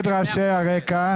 רעשי הרקע.